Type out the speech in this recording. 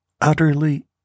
utterly